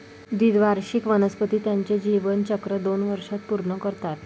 द्विवार्षिक वनस्पती त्यांचे जीवनचक्र दोन वर्षांत पूर्ण करतात